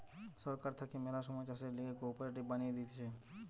সরকার থাকে ম্যালা সময় চাষের লিগে কোঅপারেটিভ বানিয়ে দিতেছে